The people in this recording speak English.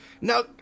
No